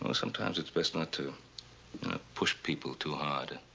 ah sometimes it's best not to push people too hard.